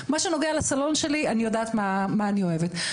מה שנוגע לסלון שלי אני יודעת מה שאני אוהבת,